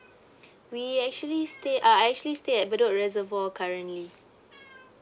we actually stay uh I actually stay at bedok reservoir currently